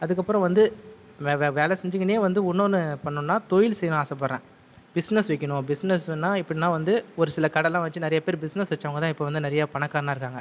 அதுக்கு அப்புறம் வந்து வேலை செஞ்சிக்கினே வந்து இன்னொன்னு பண்ணனும்னா தொழில் செய்யணும் ஆசைப்படுறேன் பிசினஸ் வைக்கணும் பிசினஸ்னா எப்படின்னா வந்து ஒரு சில கடைலா வச்சு நிறைய பேர் பிசினஸ் வச்சவங்க தான் இப்போ வந்து நிறைய பணக்காரனா இருக்காங்க